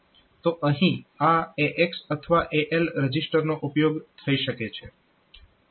તો અહીં આ AX અથવા AL રજીસ્ટરનો ઉપયોગ થઇ શકે છે